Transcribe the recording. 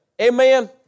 amen